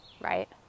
right